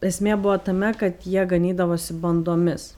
esmė buvo tame kad jie ganydavosi bandomis